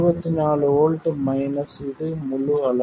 24 volt minus இந்த முழு அளவு